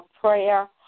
prayer